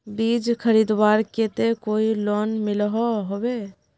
बीज खरीदवार केते कोई लोन मिलोहो होबे?